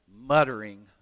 muttering